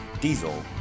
Diesel